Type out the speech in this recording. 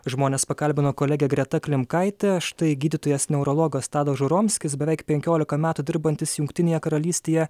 žmones pakalbino kolegė greta klimkaitė štai gydytojas neurologas tadas žuromskis beveik penkiolika metų dirbantis jungtinėje karalystėje